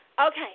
Okay